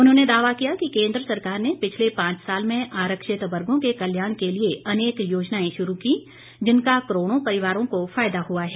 उन्होंने दावा किया कि केन्द्र सरकार ने पिछले पांच साल में आरक्षित वर्गो के कल्याण के लिए अनेक योजनाएं शुरू कीं जिनका करोड़ों परिवारों को फायदा हुआ है